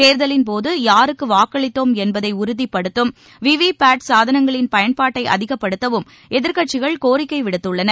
தேர்தலின் போது யாருக்கு வாக்களித்தோம் என்பதை உறுதிப்படுத்தும் விவிபாட் சாதனங்களின் பயன்பாட்டை அதிகப்படுத்தவும் எதிர்க்கட்சிகள் கோரிக்கை விடுத்துள்ளன